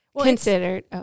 considered